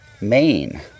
Maine